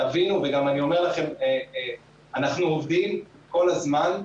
תבינו, וגם אני אומר לכם: אנחנו עובדים כל הזמן,